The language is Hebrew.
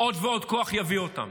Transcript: עוד ועוד כוח יביא אותם.